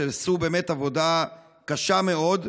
שעשו באמת עבודה קשה מאוד.